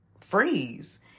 freeze